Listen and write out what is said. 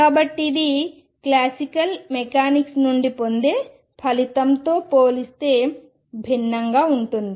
కాబట్టి ఇది classical mechanics నుండి పొందే ఫలితంతో పోలిస్తే భిన్నంగా ఉంటుంది